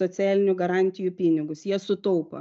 socialinių garantijų pinigus jie sutaupo